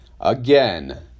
again